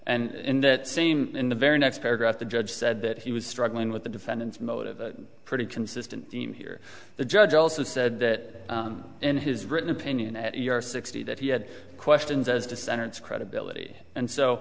and that scene in the very next paragraph the judge said that he was struggling with the defendant's motive pretty consistent theme here the judge also said that in his written opinion at your sixty that he had questions as to center its credibility and so